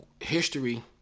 history